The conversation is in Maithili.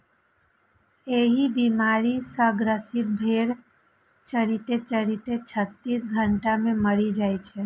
एहि बीमारी सं ग्रसित भेड़ चरिते चरिते छत्तीस घंटा मे मरि जाइ छै